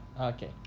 Okay